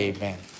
Amen